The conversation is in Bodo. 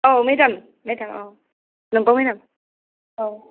औ मेदाम मेदाम औ नोंगौ मेदाम औ